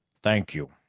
thank you,